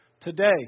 today